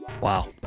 wow